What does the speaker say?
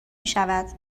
میشود